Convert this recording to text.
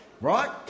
Right